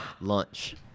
lunch